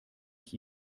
ich